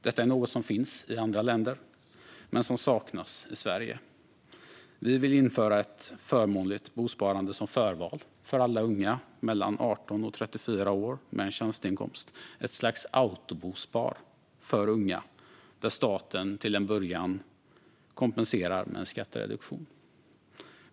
Detta är något som finns i andra länder men som saknas i Sverige. Vi vill införa ett förmånligt bosparande som förval för alla unga mellan 18 och 34 år med en tjänsteinkomst - ett slags autobospar för unga där staten till en början kompenserar med en skattereduktion.